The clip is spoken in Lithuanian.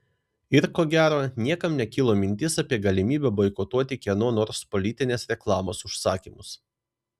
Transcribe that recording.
ir ko gero niekam nekilo mintis apie galimybę boikotuoti kieno nors politinės reklamos užsakymus